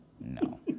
No